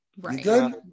right